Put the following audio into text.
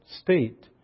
state